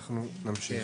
אנחנו נמשיך.